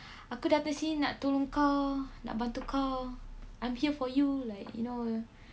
aku dah mesti nak tunggu kau nak bantu kau I'm here for you like you know